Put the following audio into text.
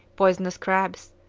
poisonous crabs,